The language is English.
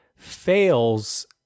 fails